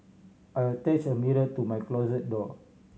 I attach a mirror to my closet door